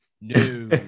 No